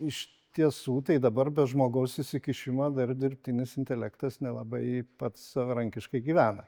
iš tiesų tai dabar be žmogaus įsikišimo dar dirbtinis intelektas nelabai pats savarankiškai gyvena